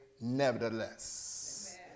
nevertheless